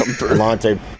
Monte